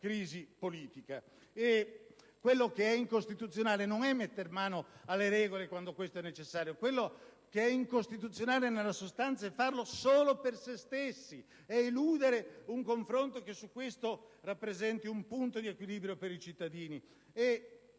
crisi politica. Quello che è incostituzionale non è mettere mano alle regole quando questo è necessario: quello che è incostituzionale nella sostanza è farlo solo per se stessi, è eludere un confronto che su questo rappresenti un punto d'equilibrio per i cittadini.